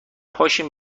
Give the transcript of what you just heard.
پاشیم